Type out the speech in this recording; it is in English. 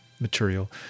material